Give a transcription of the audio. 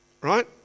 right